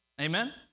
Amen